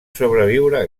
sobreviure